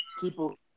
people